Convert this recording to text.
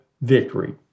victory